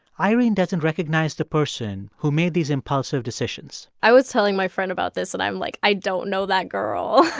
irene doesn't recognize the person who made these impulsive decisions i was telling my friend about this, and i'm like, i don't know that girl.